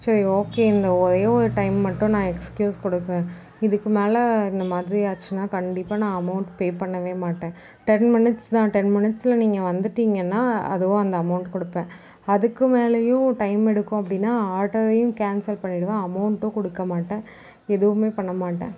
சரி ஓகே இந்த ஒரே ஒரு டைம் மட்டும் நான் எக்ஸ்கியூஸ் கொடுப்பேன் இதுக்கு மேலே இந்த மாதிரி ஆச்சுன்னால் கண்டிப்பாக நான் அமௌண்ட் பே பண்ணவே மாட்டேன் டென் மினிட்ஸ் தான் டென் மினிட்ஸில் நீங்கள் வந்துட்டீங்ன்னால் அதுவும் அந்த அமௌண்ட் கொடுப்பேன் அதுக்கும் மேலேயும் டைம் எடுக்கும் அப்படினா ஆர்டரையும் கேன்சல் பண்ணிவிடுவேன் அமௌண்ட்டும் கொடுக்க மாட்டேன் எதுவுமே பண்ண மாட்டேன்